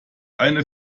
eine